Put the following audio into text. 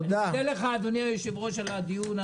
אני מודה לך, אדוני היושב-ראש, על הדיון הזה.